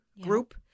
group